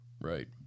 Right